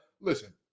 Listen